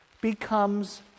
becomes